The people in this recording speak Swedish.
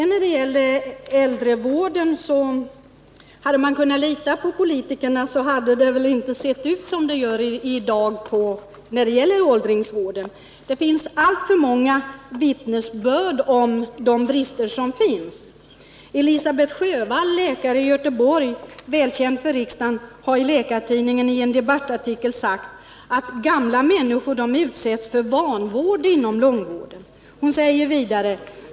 När det gäller äldrevården vill jag säga att hade man kunnat lita på politikerna, hade det väl inte sett ut som det gör i dag. Det finns många vittnesbörd om brister i sjukvården. Elisabet Sjövall, läkare i Göteborg och välkänd för riksdagen, har i Läkartidningen i en debattartikel sagt att gamla människor utsätts för vanvård inom långvården.